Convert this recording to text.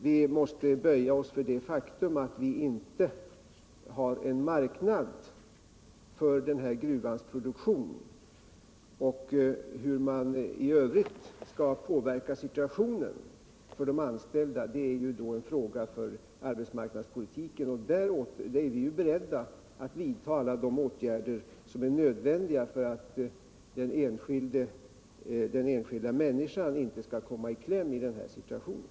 Vi måste böja oss för det faktum att vi inte har en marknad för denna gruvas produktion. Hur man i övrigt skall påverka situationen för de anställda är en fråga för arbetsmarknadspolitiken, och på det området är vi ju beredda att vidta alla de åtgärder som är nödvändiga för att den enskilda människan inte skall komma i kläm i denna situation.